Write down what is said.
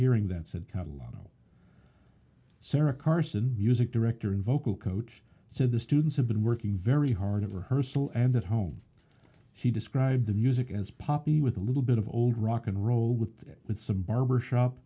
hearing that said catalona sara carson music director and vocal coach said the students have been working very hard at rehearsal and at home he described the music as poppy with a little bit of old rock and roll with it some barbershop